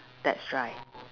that's right